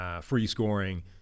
free-scoring